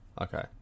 okay